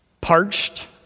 Parched